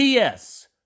PS